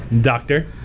Doctor